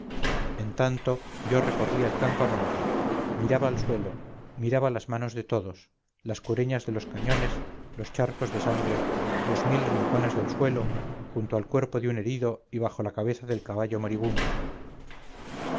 en tanto yo recorría el campamento miraba al suelo miraba las manos de todos las cureñas de los cañones los charcos de sangre los mil rincones del suelo junto al cuerpo de un herido y bajo la cabeza del caballo moribundo